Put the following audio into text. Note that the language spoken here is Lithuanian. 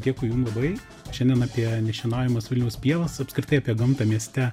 dėkui jum labai šiandien apie nešienaujamas vilniaus pievas apskritai apie gamtą mieste